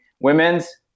Women's